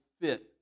fit